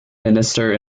minister